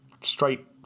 straight